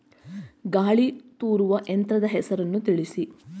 ಗಾಳಿ ತೂರುವ ಯಂತ್ರದ ಹೆಸರನ್ನು ತಿಳಿಸಿ?